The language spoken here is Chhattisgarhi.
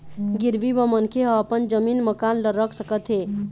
गिरवी म मनखे ह अपन जमीन, मकान ल रख सकत हे